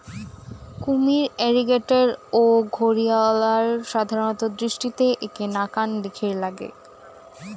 কুমীর, অ্যালিগেটর ও ঘরিয়ালরা সাধারণত দৃষ্টিতে এ্যাকে নাকান দ্যাখির নাগে